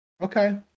okay